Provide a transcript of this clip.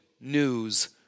news